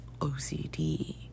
OCD